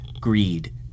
greed